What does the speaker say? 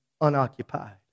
unoccupied